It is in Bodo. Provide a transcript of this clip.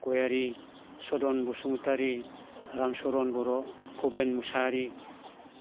गयारि सदन बसुमतारि रामचरन बर' भबेन मुसाहारि